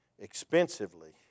expensively